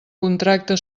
contracte